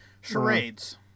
Charades